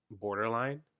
borderline